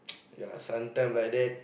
ya sometime like that